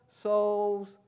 souls